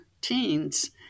teens